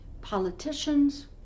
politicians